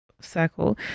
circle